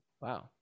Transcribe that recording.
Wow